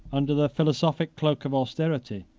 under the philosophic cloak of austerity,